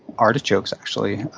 artichokes actually,